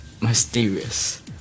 mysterious